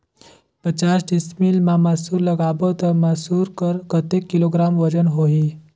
पचास डिसमिल मा मसुर लगाबो ता मसुर कर कतेक किलोग्राम वजन होही?